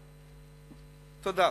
תודה.